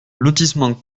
lotissement